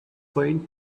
faint